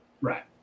Right